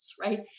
right